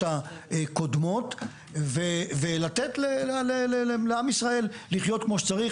הקודמות ולתת לעם ישראל לחיות כמו שצריך.